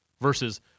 versus